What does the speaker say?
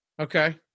Okay